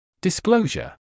Disclosure